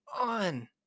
on